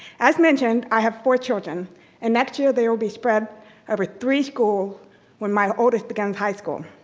as mentioned, i have four children and next year they will be spread over three school when my oldest began high school.